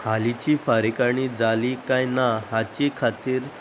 हालींची फारीकणी जाली काय ना हाची खातीर